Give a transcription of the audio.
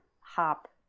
hop